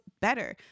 better